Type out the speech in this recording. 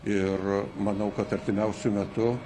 ir manau kad artimiausiu metu